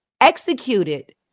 executed